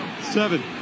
Seven